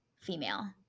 female